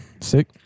Sick